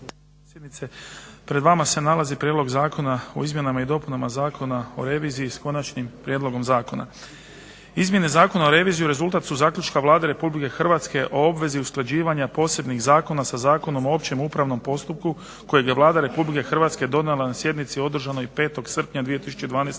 potpredsjednice. Pred vama se nalazi prijedlog Zakona o izmjenama i dopunama Zakona o reviziji s konačnim prijedlogom zakona. Izmjene Zakona o reviziji rezultat su zaključka Vlade RH o obvezi usklađivanja posebnih zakona sa Zakonom o općem upravnom postupku kojeg je Vlada RH donijela na sjednici održanoj 5. srpnja 2012.